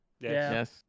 Yes